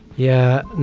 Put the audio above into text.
yeah,